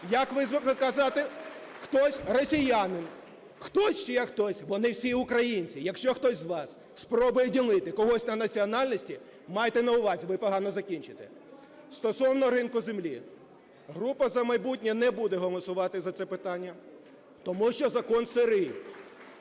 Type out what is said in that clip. як ви казали, хтось росіянин, хтось ще хтось – вони всі українці. Якщо хтось з вас спробує ділити когось на національності, майте на увазі, ви погано закінчите. Стосовно ринку землі. Група "За майбутнє" не буде голосувати за це питання, тому що закон сирий.